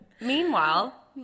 Meanwhile